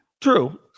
true